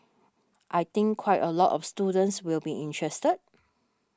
I think quite a lot of students will be interested